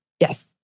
Yes